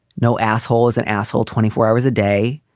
no asshole is an asshole twenty four hours a day.